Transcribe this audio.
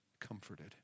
comforted